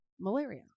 malaria